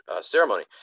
ceremony